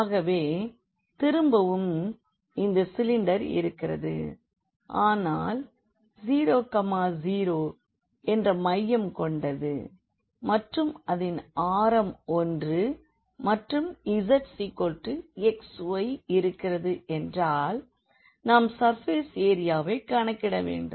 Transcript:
ஆகவே திரும்பவும் இந்த சிலிண்டர் இருக்கிறது ஆனால் 0 0 என்ற மையம் கொண்டது மற்றும் அதின் ஆரம் 1 மற்றும் z xy இருக்கிறது என்றால் நாம் சர்ஃபேஸ் எரியாவை கணக்கிட வேண்டும்